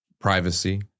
privacy